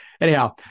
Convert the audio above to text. Anyhow